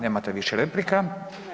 Nemate više replika.